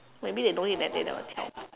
maybe they know then they never tell